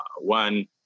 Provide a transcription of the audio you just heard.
One